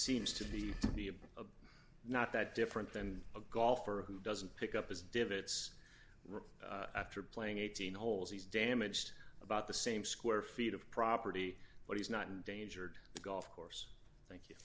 seems to be a not that different than a golfer who doesn't pick up his divots after playing eighteen holes he's damaged about the same square feet of property but he's not endangered the golf course thank you